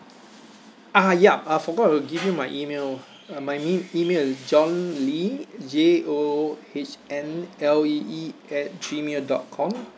ah yup I forgot to give you my email uh my me email is john lee J O H N L E E at gmail dot com